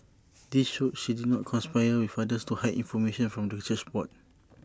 this showed she did not conspire with others to hide information from the church board